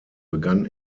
begann